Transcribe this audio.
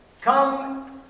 come